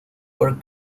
were